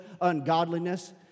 ungodliness